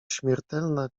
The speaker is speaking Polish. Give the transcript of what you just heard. śmiertelna